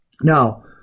Now